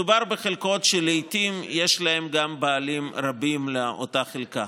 מדובר בחלקות שלעיתים יש גם בעלים רבים לאותה חלקה.